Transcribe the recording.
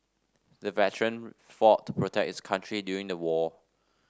the veteran fought to protect his country during the war